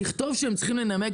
תכתוב שהם צריכים לנמק,